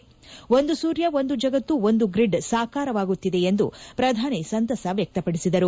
ಒಂದು ಸೂರ್ಯ ಒಂದು ಜಗತ್ತು ಒಂದು ಗ್ರಿಡ್ ಸಾಕಾರವಾಗುತ್ತಿದೆ ಎಂದು ಪ್ರಧಾನಿ ಸಂತಸ ವ್ಯಕ್ತಪಡಿಸಿದರು